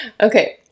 Okay